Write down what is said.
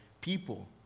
people